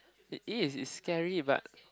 it is is scary but